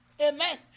Amen